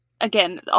again